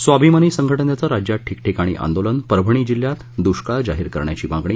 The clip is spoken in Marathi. स्वाभिमानी संघटनेचे राज्यात ठिक ठिकाणी आदोलन परभणी जिल्ह्यात दुष्काळ जाहिर करण्याची मागणी